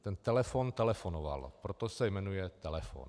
Ten telefon telefonoval, proto se jmenuje telefon.